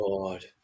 God